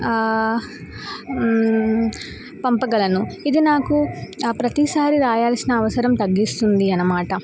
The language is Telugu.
పంపగలను ఇది నాకు ప్రతిసారి రాయాల్సిన అవసరం తగ్గిస్తుంది అన్నమాట